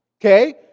Okay